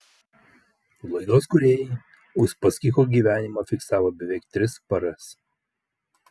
laidos kūrėjai uspaskicho gyvenimą fiksavo beveik tris paras